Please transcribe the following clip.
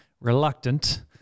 reluctant